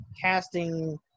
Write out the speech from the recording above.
casting